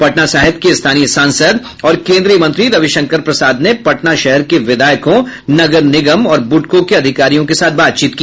पटना साहिब के स्थानीय सांसद और केंद्रीय मंत्री रविशंकर प्रसाद ने पटना शहर के विधायकों नगर निगम और बुडकों के अधिकारियों के साथ बातचीत की